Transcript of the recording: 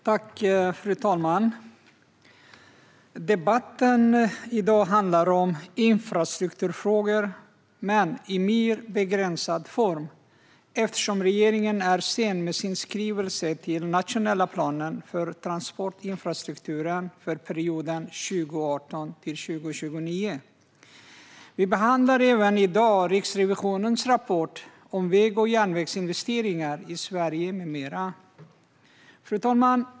Fru talman! Debatten i dag handlar om infrastrukturfrågor, men i mer begränsad form eftersom regeringen är sen med sin skrivelse om den nationella planen för transportinfrastrukturen för perioden 2018-2029. Vi behandlar även Riksrevisionens rapport om väg och järnvägsinvestering ar i Sverige . Fru talman!